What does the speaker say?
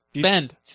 Bend